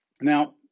Now